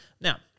Now